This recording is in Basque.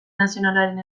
nazionalaren